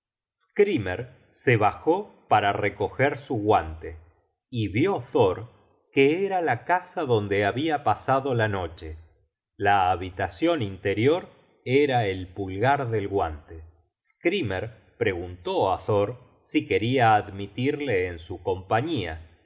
skrymer se bajó para recoger su guante y vió thor que era la casa donde habia pasado la noche la habitacion interior era el pulgar del guante skrymer preguntó á thor si queria admitirle en su compañía